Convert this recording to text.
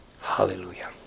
Hallelujah